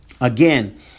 again